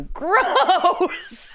gross